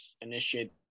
initiate